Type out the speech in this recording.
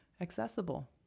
accessible